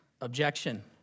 objection